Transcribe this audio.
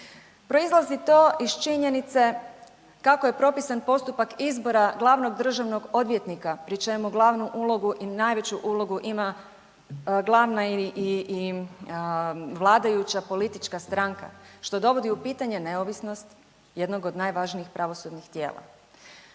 Proizlazi to iz činjenice kako je propisan postupak izbora glavnog državnog odvjetnika pri čemu glavnu ulogu i najveću ulogu ima glavna i vladajuća politička stranka što dovodi u pitanje neovisnost jednog od najvažnijih pravosudnih tijela.